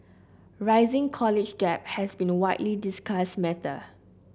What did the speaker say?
rising college debt has been a widely discussed matter